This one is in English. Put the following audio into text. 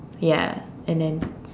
ya and then